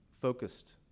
focused